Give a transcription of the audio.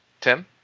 Tim